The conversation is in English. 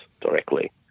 directly